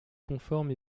conforme